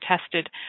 tested